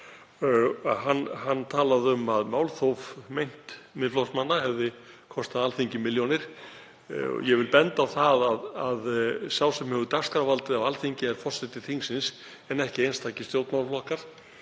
Hann talaði um að meint málþóf Miðflokksmanna hefði kostað Alþingi milljónir. Ég vil benda á það að sá sem hefur dagskrárvaldið á Alþingi er forseti þingsins en ekki einstakir stjórnmálaflokkar.